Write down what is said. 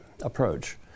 approach